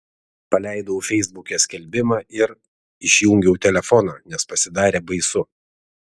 paleidau feisbuke skelbimą ir išjungiau telefoną nes pasidarė baisu